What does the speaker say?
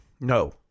No